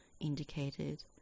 indicated